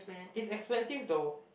it's expensive though